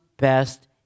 best